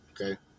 Okay